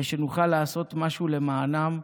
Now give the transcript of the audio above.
שנוכל לעשות משהו למענם.